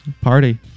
Party